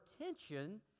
attention